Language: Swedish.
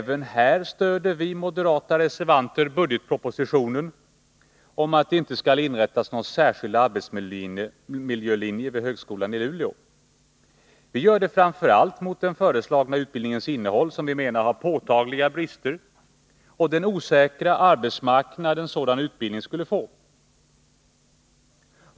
Även här stöder vi moderata reservanter förslaget i budgetpropositionen att det inte skall inrättas någon särskild arbetsmiljölinje vid högskolan i Luleå. Vi gör det framför allt mot bakgrund av den föreslagna utbildningens innehåll, som vi menar har påtagliga brister, och den osäkra arbetsmarknad en sådan utbildning skulle få.